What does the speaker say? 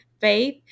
faith